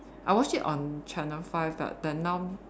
I watch it on channel five but then now